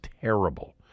terrible